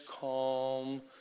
calm